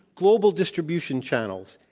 global distribution channels,